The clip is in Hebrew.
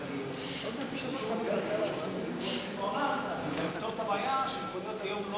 זה גם יפתור את הבעיה שמכוניות היום לא